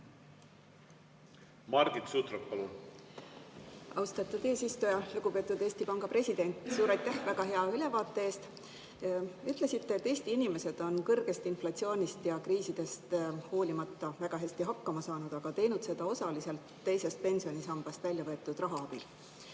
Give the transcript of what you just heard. turul toimuvat? Austatud eesistuja! Lugupeetud Eesti Panga president! Suur aitäh väga hea ülevaate eest! Ütlesite, et Eesti inimesed on kõrgest inflatsioonist ja kriisidest hoolimata väga hästi hakkama saanud, aga teinud seda osaliselt teisest pensionisambast välja võetud raha abil.